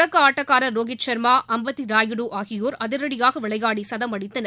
தொடக்க ஆட்டக்காரர் ரோஹித் சர்மா அம்டட்டி ராயுடு ஆகியோர் அதிரடியாக விளையாடி சதம் அடித்தனர்